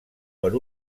per